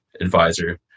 advisor